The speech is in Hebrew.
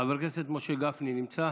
חבר הכנסת משה גפני נמצא?